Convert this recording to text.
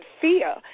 fear